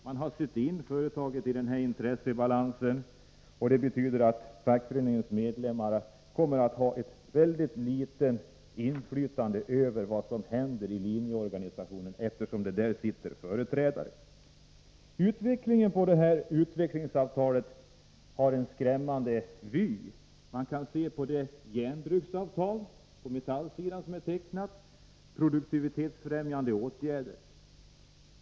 Man har sytt in företaget i intressebalansen. Det betyder att fackföreningens medlemmar kommer att ha mycket litet inflytande över vad som händer i linjeorganisationen; där sitter företrädarna. Utvecklingsavtalet ger en skrämmande vy. Man kan se på det järnbruksavtal som tecknats på Metallsidan, Produktivitetsfrämjande åtgärder.